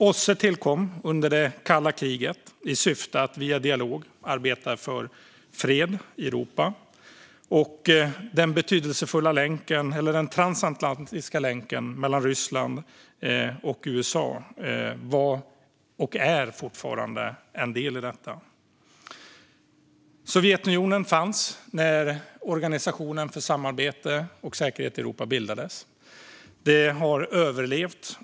OSSE tillkom under det kalla kriget i syfte att via dialog arbeta för fred i Europa, och den betydelsefulla transatlantiska länken mellan Ryssland och USA var och är fortfarande en del i detta. Sovjetunionen fanns när Organisationen för säkerhet och samarbete i Europa bildades.